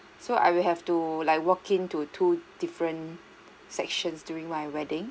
so I will have to like walk in to two different sections during my wedding